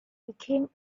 became